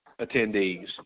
attendees